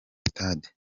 stade